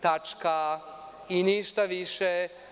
Tačka i ništa više.